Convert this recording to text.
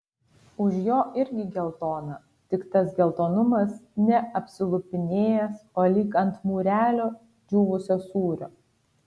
už jo irgi geltona tik tas geltonumas ne apsilupinėjęs o lyg ant mūrelio džiūvusio sūrio